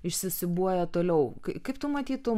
išsiūbuoja toliau kaip tu matytum